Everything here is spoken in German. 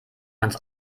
ganz